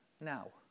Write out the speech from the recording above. now